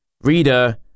Reader